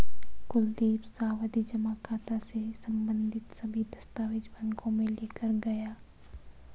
कुलदीप सावधि जमा खाता से संबंधित सभी दस्तावेज बैंक में लेकर गया